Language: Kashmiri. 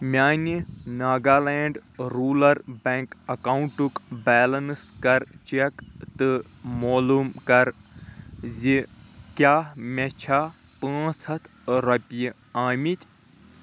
میانہِ ناگالینٛڈ روٗرَل بیٚنٛک اکاونٹُک بیلنس کَر چیٚک تہٕ معلوٗم کَر زِ کیٛاہ مےٚ چھا پانٛژھ ہَتھ رۄپیہِ آمٕتۍ